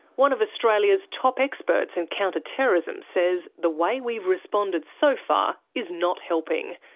one of australia's top experts in counter terrorism says the way we've responded so far is not helpingcounter